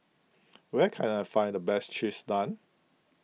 where can I find the best Cheese Naan